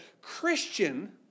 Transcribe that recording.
Christian